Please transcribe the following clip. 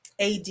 ad